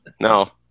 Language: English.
No